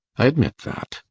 i admit that.